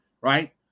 right